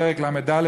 פרק ל"ד,